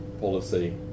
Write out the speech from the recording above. policy